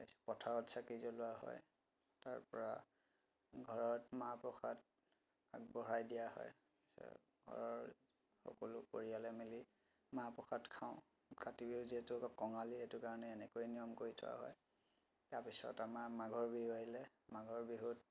পথাৰত চাকি জ্বলোৱা হয় তাৰ পৰা ঘৰত মাহ প্ৰসাদ আগবঢ়াই দিয়া হয় তাৰ পিছত ঘৰৰ সকলো পৰিয়ালে মিলি মাহ প্ৰসাদ খাওঁ কাতি বিহুত যিহেতু কঙালী সেইটো কাৰণে এনেকৈ নিয়ম কৰি থোৱা হয় তাৰ পিছত আমাৰ মাঘৰ বিহু আহিলে মাঘৰ বিহুত